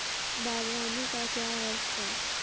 बागवानी का क्या अर्थ है?